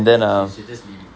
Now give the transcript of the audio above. you should just leave it